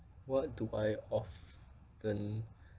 what do I often